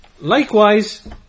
likewise